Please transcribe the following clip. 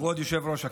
כבוד היושב-ראש,